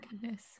goodness